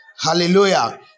Hallelujah